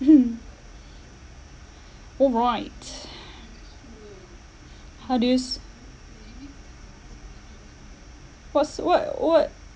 alright how do yous what's what what